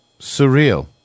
Surreal